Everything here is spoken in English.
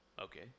Okay